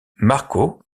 marco